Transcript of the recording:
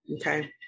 Okay